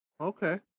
Okay